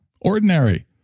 Ordinary